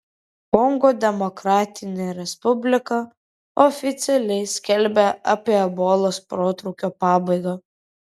kongo demokratinė respublika oficialiai skelbia apie ebolos protrūkio pabaigą